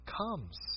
comes